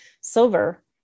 silver